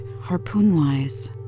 harpoon-wise